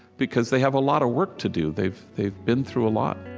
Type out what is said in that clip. because they have a lot of work to do. they've they've been through a lot